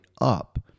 up